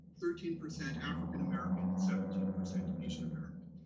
thirteen percent african american, and seventeen percent asian american.